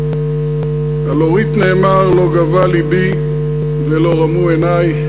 על אורית נאמר: "לא גבה לבי ולא רמו עיני",